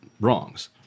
wrongs